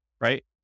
right